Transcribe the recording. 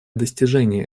достижения